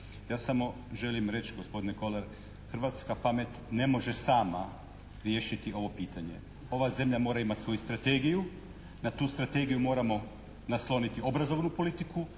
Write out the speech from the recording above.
Ja samo želim reći gospodine Kolar, hrvatska pamet ne može sama riješiti ovo pitanje. Ova zemlja mora imati svoju strategiju. Na tu strategiju moramo nasloniti obrazovnu politiku,